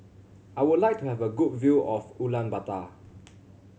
I would like to have a good view of Ulaanbaatar